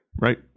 Right